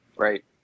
Right